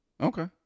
Okay